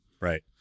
Right